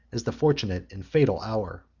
as the fortunate and fatal hour.